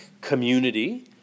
community